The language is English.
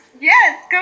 Yes